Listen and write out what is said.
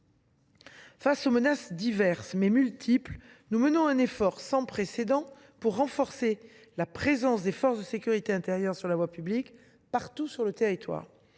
Face aux menaces diverses, mais multiples, nous menons un effort sans précédent pour renforcer la présence des forces de sécurité intérieure (FSI) sur la voie publique, partout sur le territoire.